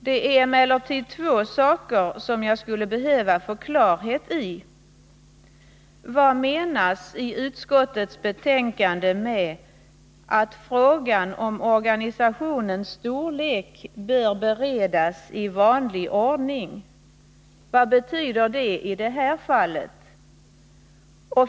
Det är emellertid två saker som jag skulle behöva få klarhet i. För det första: Vad menas i utskottets betänkande med att frågan om organisationens storlek bör beredas i vanlig ordning? Vad betyder det i det här fallet?